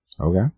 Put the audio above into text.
Okay